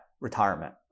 retirement